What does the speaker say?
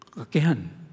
again